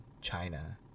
China